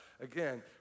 again